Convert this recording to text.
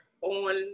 on